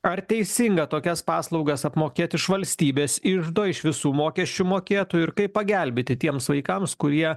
ar teisinga tokias paslaugas apmokėti iš valstybės iždo iš visų mokesčių mokėtojų ir kaip pagelbėti tiems vaikams kurie